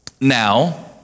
Now